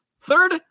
third